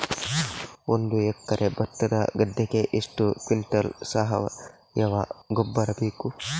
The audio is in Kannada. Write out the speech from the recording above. ಒಂದು ಎಕರೆ ಭತ್ತದ ಗದ್ದೆಗೆ ಎಷ್ಟು ಕ್ವಿಂಟಲ್ ಸಾವಯವ ಗೊಬ್ಬರ ಬೇಕು?